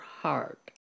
heart